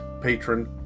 patron